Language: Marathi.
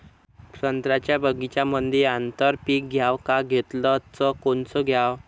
संत्र्याच्या बगीच्यामंदी आंतर पीक घ्याव का घेतलं च कोनचं घ्याव?